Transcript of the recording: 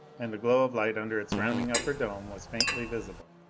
and the glow of light under its rounding upper dome was faintly visible.